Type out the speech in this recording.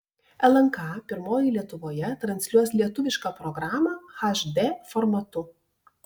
lnk pirmoji lietuvoje transliuos lietuvišką programą hd formatu